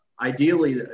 ideally